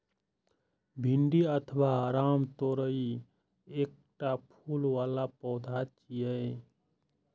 भिंडी अथवा रामतोरइ एकटा फूल बला पौधा छियै